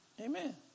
Amen